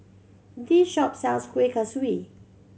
this shop sells Kueh Kaswi